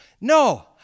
No